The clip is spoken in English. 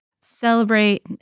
celebrate